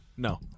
No